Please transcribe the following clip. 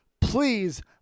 Please